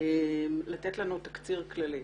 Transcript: לתת לנו תקציר כללי,